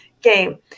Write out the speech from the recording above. game